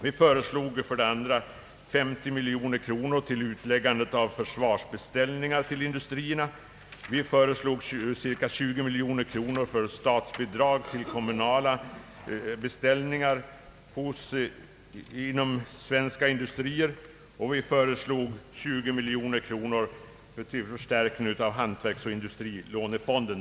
Vi föreslog vidare 50 miljoner kronor till utläggande av försvarsbeställningar till industrierna, cirka 20 miljoner kronor till statsbidrag för kommunala beställningar inom svenska industrier och 20 miljoner kronor till förstärkning av hantverksoch industrilånefonden.